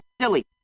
silly